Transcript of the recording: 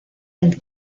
del